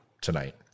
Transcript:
tonight